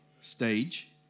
stage